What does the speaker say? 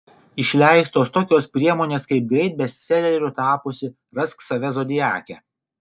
išleistos tokios priemonės kaip greit bestseleriu tapusi rask save zodiake